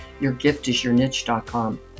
YourGiftIsYourNiche.com